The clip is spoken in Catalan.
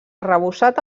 arrebossat